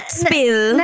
spill